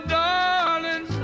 darling